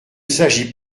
s’agit